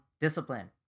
discipline